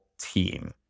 team